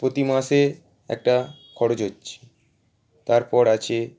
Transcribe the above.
প্রতি মাসে একটা খরচ হচ্ছে তারপর আছে